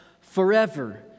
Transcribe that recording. forever